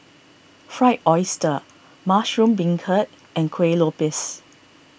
Fried Oyster Mushroom Beancurd and Kuih Lopes